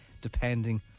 depending